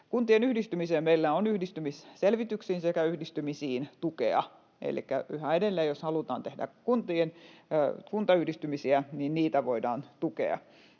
Kuntien yhdistymiseen meillä on yhdistymisselvityksiin sekä yhdistymisiin tukea. Elikkä yhä edelleen, jos halutaan tehdä kuntayhdistymisiä, niitä voidaan tukea.